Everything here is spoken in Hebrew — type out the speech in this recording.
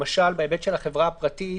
למשל, בהיבט של החברה הפרטית,